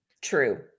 True